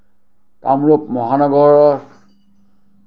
কামৰূপ মহানগৰৰ